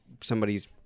somebody's